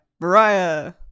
Mariah